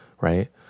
right